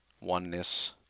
oneness